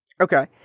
Okay